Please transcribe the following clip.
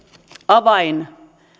avain